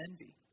envy